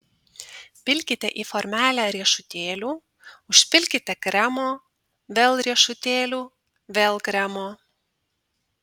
pilkite į formelę riešutėlių užpilkite kremo vėl riešutėlių vėl kremo